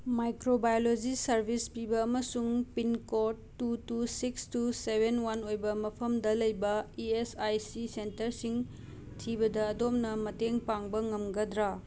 microbiology service ꯄꯤꯕ ꯑꯃꯁꯨꯡ pin code two two six two seven one ꯑꯣꯏꯕ ꯃꯐꯝꯗ ꯂꯩꯕ ꯏ ꯑꯦꯁ ꯑꯥꯏ ꯁꯤ ꯁꯦꯟꯇꯔꯁꯤꯡ ꯊꯤꯕꯗ ꯑꯗꯣꯝꯅ ꯃꯇꯦꯡ ꯄꯥꯡꯕ ꯉꯝꯒꯗ꯭ꯔ